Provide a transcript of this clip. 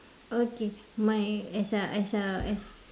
okay my as a as a as